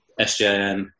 SJM